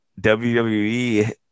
WWE